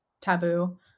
taboo